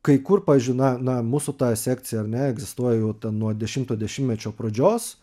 kai kur pavyzdžiui na na mūsų ta sekcija ar ne egzistuoja jau ten nuo dešimto dešimtmečio pradžios